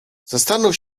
zastanów